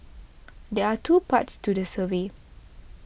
there are two parts to the survey